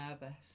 nervous